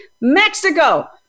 Mexico